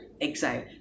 exile